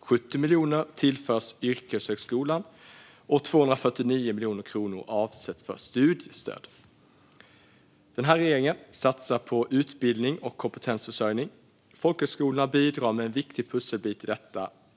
70 miljoner kronor tillförs yrkeshögskolan och 249 miljoner kronor avsätts för studiestöd. Den här regeringen satsar på utbildning och kompetensförsörjning. Folkhögskolorna bidrar med en viktig pusselbit i detta.